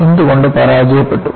എന്തുകൊണ്ട് ഇത് പരാജയപ്പെട്ടു